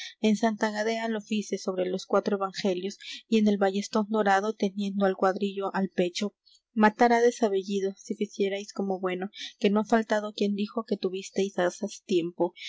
en santa gadea lo fice sobre los cuatro evangelios y en el ballestón dorado teniendo el cuadrillo al pecho matárades á bellido si ficiérais como bueno que no ha faltado quien dijo que tuvisteis asaz tiempo